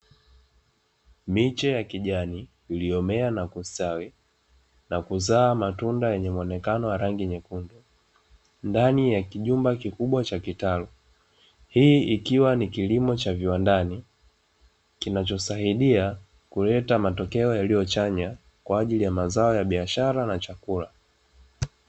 Miche ya kijani iliyomea na kustawi na kuzaa matunda yenye muonekano wa rangi nyekundu ndani ya kijumbu kikubwa cha kitalu, hii ikiwa ni kilimo cha viwandani kinachosaidia kuleta matokea yaliyo chanya kwa ajili ya mazao ya biashara na chakula.